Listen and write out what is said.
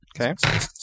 Okay